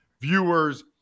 viewers